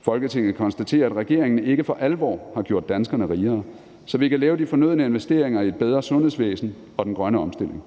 Folketinget konstaterer, at regeringen ikke for alvor har gjort danskerne rigere, så vi kan lave de fornødne investeringer i et bedre sundhedsvæsen og den grønne omstilling.